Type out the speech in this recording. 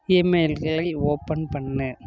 ஈமெயில்களை open பண்ணு